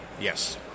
Yes